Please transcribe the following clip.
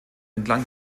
entlang